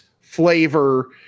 flavor